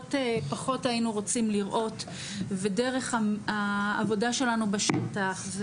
שפחות היינו רוצים לראות ודרך העבודה שלנו בשטח,